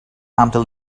until